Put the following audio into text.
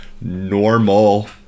normal